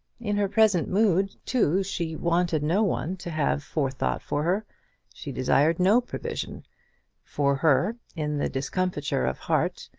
in her present mood, too, she wanted no one to have forethought for her she desired no provision for her, in the discomfiture of heart,